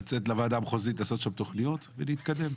לצאת לוועדה המחוזית ולעשות שם תכניות ולהתקדם.